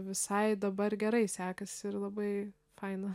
visai dabar gerai sekasi ir labai faina